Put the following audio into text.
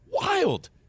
Wild